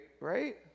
right